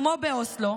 כמו באוסלו,